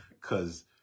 cause